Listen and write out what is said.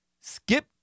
skip